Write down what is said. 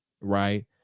right